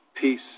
peace